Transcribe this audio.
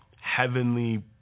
heavenly